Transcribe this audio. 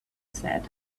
said